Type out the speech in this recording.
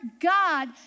God